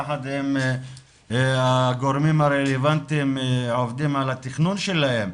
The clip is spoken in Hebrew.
יחד עם הגורמים הרלבנטיים עובדים על התכנון שלהם,